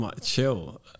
chill